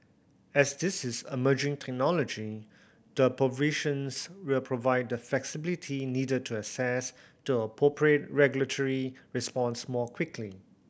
as this is emerging technology the provisions will provide the flexibility needed to assess the appropriate regulatory response more quickly